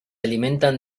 alimentan